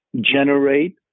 Generate